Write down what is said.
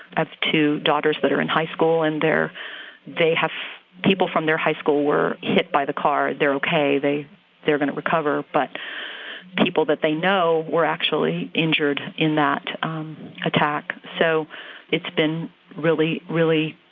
i have two daughters that are in high school and they're they have people from their high school were hit by the car. they're ok. they're going to recover. but people that they know were actually injured in that attack. so it's been really, really,